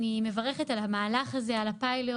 אני מברכת על המהלך הזה על הפיילוט,